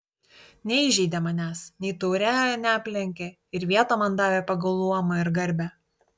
neįžeidė manęs nei taure neaplenkė ir vietą man davė pagal luomą ir garbę